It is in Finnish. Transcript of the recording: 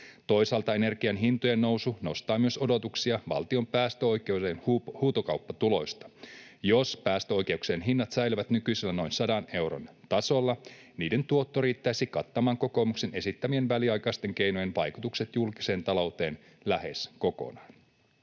Toisaalta energian hintojen nousu nostaa myös odotuksia valtion päästöoikeuden huutokauppatuloista. Jos päästöoikeuksien hinnat säilyvät nykyisellä noin 100 euron tasolla, niiden tuotto riittäisi kattamaan kokoomuksen esittämien väliaikaisten keinojen vaikutukset julkiseen talouteen lähes kokonaan.